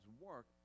work